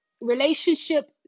relationship